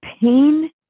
pain